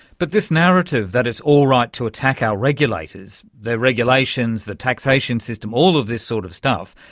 but this narrative, that it's all right to attack our regulators, their regulations, the taxation system, all of this sort of stuff,